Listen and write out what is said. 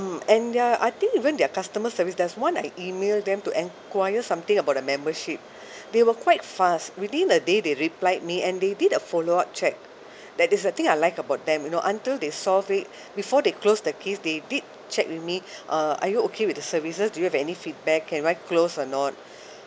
and uh I think even their customer service there's one I email them to inquire something about a membership they were quite fast within a day they replied me and they did a follow up check that is the thing I like about them you know until they solve it before they close the case they did check with me uh are you okay with the services do you have any feedback can write close or not